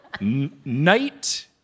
Night